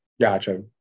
Gotcha